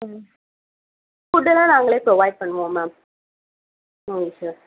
ஆ ஃபுட்டுலாம் நாங்கள் ப்ரொவைட் பண்ணுவோம் மேம் ஆ சரி